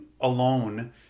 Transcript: alone